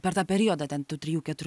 per tą periodą ten tų trijų keturių